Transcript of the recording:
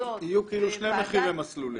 יהיו כאילו שני מחירי מסלולים.